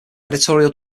editorial